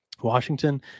washington